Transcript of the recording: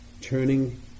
turning